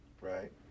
right